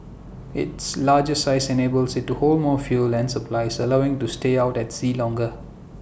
its larger size enables IT to hold more fuel and supplies allowing to stay out at sea longer